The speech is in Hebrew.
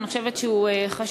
אני חושבת שהוא חשוב,